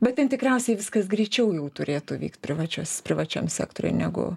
bet ten tikriausiai viskas greičiau jau turėtų vykti privačios privačiam sektoriuj negu